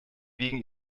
wegen